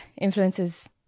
influences